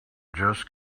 just